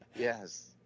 yes